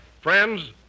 Friends